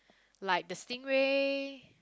like the stingray